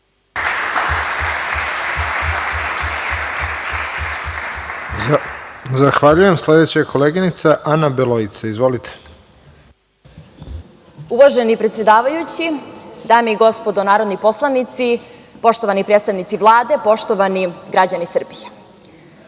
Zahvaljujem. Sledeća je koleginica Ana Beloica. **Ana Beloica Martać** Uvaženi predsedavajući, dame i gospodo narodni poslanici, poštovani predstavnici Vlade, poštovani građani Srbije,